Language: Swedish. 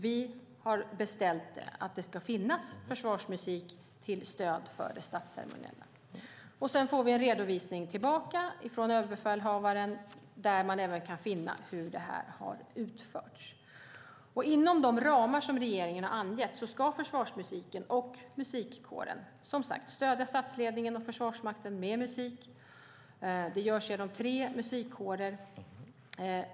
Vi har beställt att det ska finnas försvarsmusik till stöd för det statsceremoniella. Sedan får vi en redovisning tillbaka från överbefälhavaren, där man även kan finna hur detta har utförts. Inom de ramar regeringen har angett ska försvarsmusiken och musikkårerna som sagt stödja statsledningen och Försvarsmakten med musik. Det görs genom tre musikkårer.